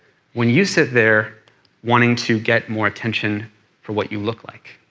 when you sit there wanting to get more attention for what you look like.